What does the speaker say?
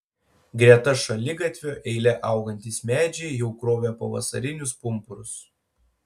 greta šaligatvio eile augantys medžiai jau krovė pavasarinius pumpurus